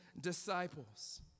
disciples